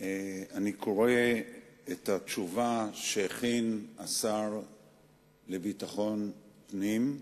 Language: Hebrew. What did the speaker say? אני קורא את התשובה שהכין השר לביטחון פנים.